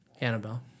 Annabelle